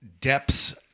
depths